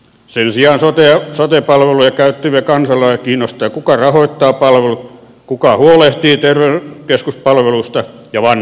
sen sijaan sote palveluja käyttäviä kansalaisia kiinnostaa kuka rahoittaa palveluta kuka huolehtii terveyskeskuspalveluista ja vanhuksista